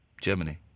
Germany